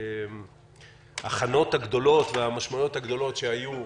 דבר ההכנות הגדולות והמשמעויות הגדולות שהיו,